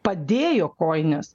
padėjo kojines